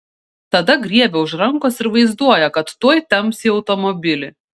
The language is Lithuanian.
tada griebia už rankos ir vaizduoja kad tuoj temps į automobilį